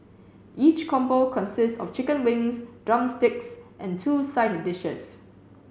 each combo consists of chicken wings drumsticks and two side dishes